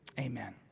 amen.